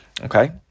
okay